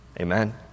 Amen